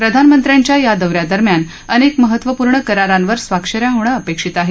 प्रधानमंत्र्यांच्या या दौऱ्यादरम्यान अनेक महत्वपूर्ण करारांवर स्वाक्षऱ्या होणं अपेक्षित आहे